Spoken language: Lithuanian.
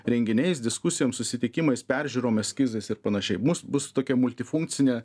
renginiais diskusijom susitikimais peržiūrom eskizais ir panašiai bus bus tokia multifunkcinė